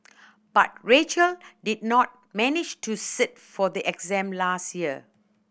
but Rachel did not manage to sit for the exam last year